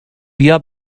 بیا